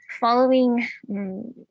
following